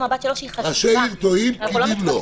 ראשי עיר טועים, פקידים לא.